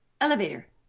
Elevator